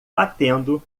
batendo